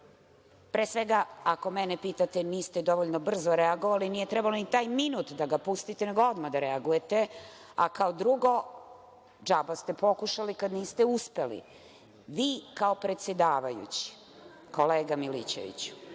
pre svega ako me pitate, niste dovoljno brzo reagovali, nije trebalo ni taj minut da ga pustite, nego odmah da reagujete. Kao drugo, džaba ste pokušali kada niste uspeli. Vi kao predsedavajući, kolega Milićeviću,